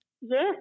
Yes